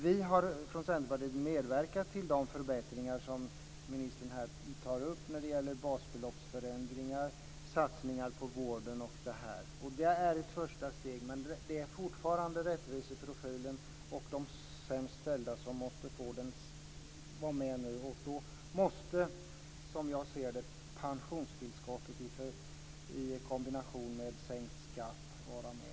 Vi i Centerpartiet har medverkat till de förbättringar som ministern här tar upp när det gäller basbeloppsförändringar, satsningar på vården samt det här. Det här är ett första steg men fortfarande handlar det om att detta med rättviseprofilen och de sämst ställda nu måste få vara med. Som jag ser saken måste då pensionstillskottet i kombination med sänkt skatt vara med.